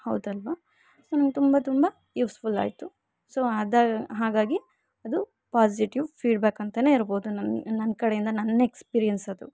ಹೌದಲ್ವಾ ಸೊ ನಂಗೆ ತುಂಬ ತುಂಬ ಯೂಸ್ಫುಲ್ ಆಯಿತು ಸೊ ಅದು ಹಾಗಾಗಿ ಅದು ಪಾಸಿಟಿವ್ ಫೀಡ್ಬ್ಯಾಕ್ ಅಂತ ಇರ್ಬೊದು ನನ್ನ ನನ್ನ ಕಡೆಯಿಂದ ನನ್ನ ಎಕ್ಸ್ಪೀರ್ಯನ್ಸ್ ಅದು